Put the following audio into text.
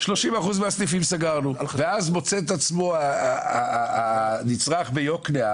כ-30% מהסניפים סגרנו ואז מוצא את עצמו הנצרך ביוקנעם